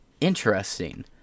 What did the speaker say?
Interesting